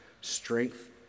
strength